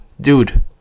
dude